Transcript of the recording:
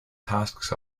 tasks